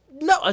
No